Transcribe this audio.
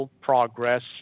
progress